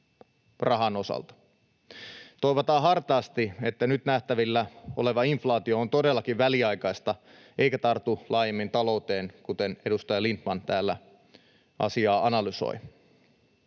Toivotaan hartaasti, että nyt nähtävillä oleva inflaatio on todellakin väliaikaista eikä tartu laajemmin talouteen, kuten edustaja Lindtman täällä asiaa analysoi.